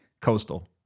coastal